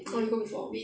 orh you go before